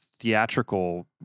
Theatrical